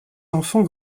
enfants